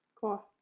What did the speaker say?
cool